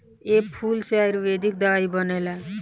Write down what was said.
ए फूल से आयुर्वेदिक दवाई बनेला